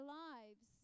lives